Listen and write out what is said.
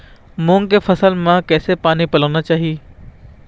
मूंग के फसल म किसे पानी पलोना चाही?